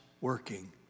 working